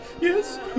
Yes